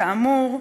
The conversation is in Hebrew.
כאמור,